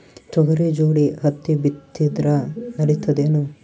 ತೊಗರಿ ಜೋಡಿ ಹತ್ತಿ ಬಿತ್ತಿದ್ರ ನಡಿತದೇನು?